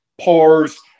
pars